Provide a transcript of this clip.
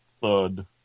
Thud